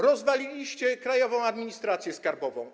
Rozwaliliście Krajową Administrację Skarbową.